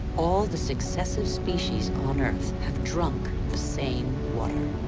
all the successive species on earth have drunk the same water.